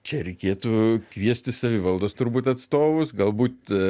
čia reikėtų kviesti savivaldos turbūt atstovus galbūt